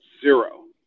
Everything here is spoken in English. zero